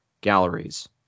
galleries